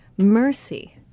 Mercy